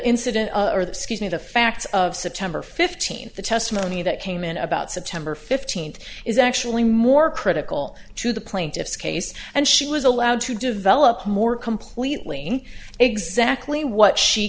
incident or the skin of the facts of september fifteenth the testimony that came in about september fifteenth is actually more critical to the plaintiff's case and she was allowed to develop more completely exactly what she